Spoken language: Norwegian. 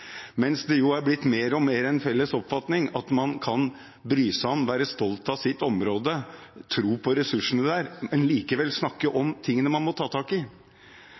er det blitt mer og mer en felles oppfatning at man kan bry seg om og være stolt av sitt område, og tro på ressursene der, men likevel snakke om tingene man må ta tak i.